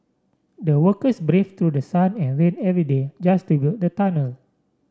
the workers brave through the sun and rain every day just to build the tunnel